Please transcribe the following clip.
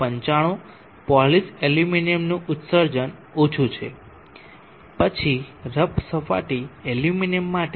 095 polished એલ્યુમિનિયમનું ઉત્સર્જન ઓછું છે પછી રફ સપાટી એલ્યુમિનિયમ માટે 0